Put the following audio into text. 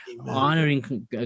honoring